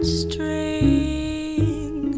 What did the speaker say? string